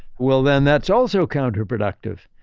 well then, that's also counterproductive.